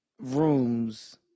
rooms